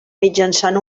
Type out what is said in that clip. mitjançant